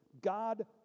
God